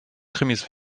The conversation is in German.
krimis